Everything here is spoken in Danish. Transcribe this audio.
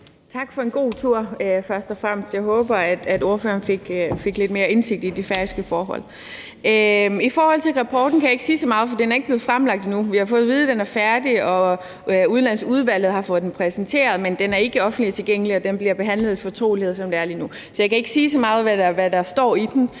jeg også sige tak for en god tur. Jeg håber, at ordføreren fik lidt mere indsigt i de færøske forhold. I forhold til rapporten kan jeg ikke sige så meget, for den er ikke blevet fremlagt endnu. Vi har fået at vide, at den er færdig, og at udlandsudvalget har fået den præsenteret, men den er ikke offentlig tilgængelig, og den bliver behandlet i fortrolighed, som det er lige nu. Så jeg kan ikke sige så meget om, hvad der står i den,